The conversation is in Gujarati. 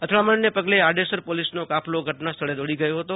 અથડામણને પગલે આડેસર પોલીસનો કાફલો ઘટના સ્થળે દોડી આવ્યો હતો